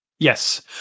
Yes